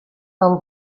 del